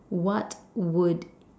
what would